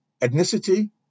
ethnicity